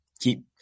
keep